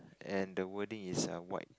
and the wording is err white